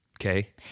Okay